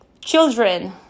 children